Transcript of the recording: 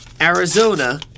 Arizona